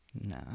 No